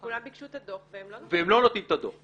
וכולם ביקשו את הדוח והם לא נותנים את הדוח,